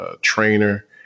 trainer